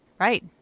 right